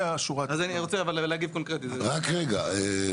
רק רגע.